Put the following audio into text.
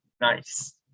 Nice